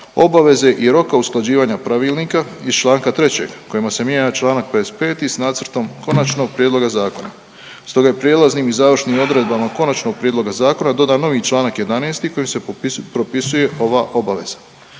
obaveze i roka usklađivanja pravilnika iz članka 3. kojima se mijenja članak 55. s nacrtom konačnog prijedloga zakona. Stoga je prijelaznim i završnim odredbama konačnog prijedloga zakona dodan novi članak 11. kojim se propisuje ova obaveza.